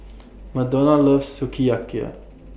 Modena loves Sukiyaki